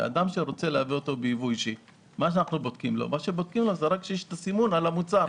אדם שרוצה להביא אותו בייבוא אישי בודקים לו רק שיש את הסימון על המוצר.